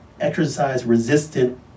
exercise-resistant